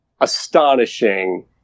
astonishing